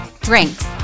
drinks